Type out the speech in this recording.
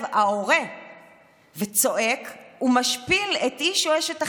ההורה וצועק ומשפיל את איש או אשת החינוך: